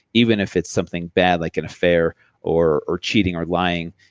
even if it's something bad like an affair or or cheating or lying.